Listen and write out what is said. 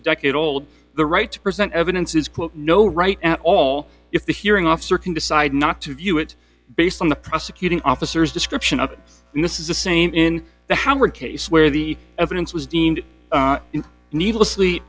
a decade old the right to present evidence is quote no right at all if the hearing officer can decide not to view it based on the prosecuting officers description of this is the same in the howard case where the evidence was deemed needlessly